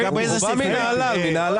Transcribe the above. ויש לי הצעה לסדר.